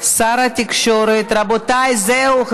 רבותיי, זהו.